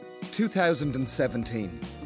2017